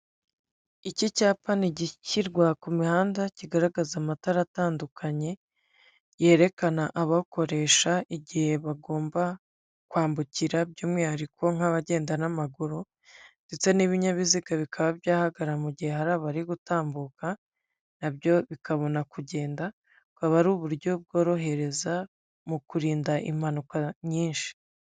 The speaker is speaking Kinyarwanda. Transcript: Iki cyapa gishyirwa ku mihanda kigaragaza amatara atandukanye yerekana abakoresha igihe bagomba kwambukira, by'umwihariko abagenda n'amaguru. Ibinyabiziga bikaba byahagarara mu gihe hari abari gutambuka, nabyo bikabona kugenda. Baba ari uburyo bworohereza mu kurinda impanuka nyinshi.